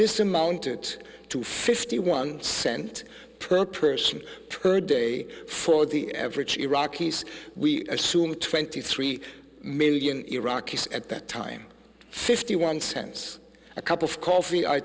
this amounted to fifty one cent per person per day for the average iraqis we assume twenty three million iraqis at that time fifty one cents a cup of coffee i